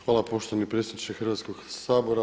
Hvala poštovani predsjedniče Hrvatskog sabora.